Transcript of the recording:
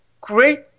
great